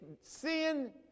sin